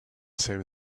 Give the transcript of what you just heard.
same